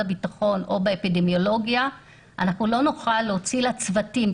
הביטחון או באפידמיולוגיה אנחנו לא נוכל להוציא לצוותים.